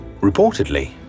Reportedly